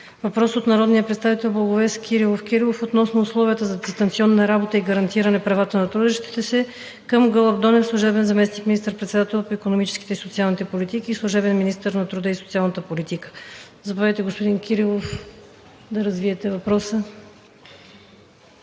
Той е от народния представител Благовест Кирилов Кирилов относно условията за дистанционна работа и гарантиране правата на трудещите се към Гълъб Донев – служебен заместник министър-председател по икономическите и социалните политики и служебен министър на труда и социалната политика. Заповядайте, господин Кирилов, да развиете въпроса.